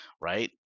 right